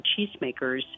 cheesemakers